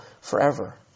forever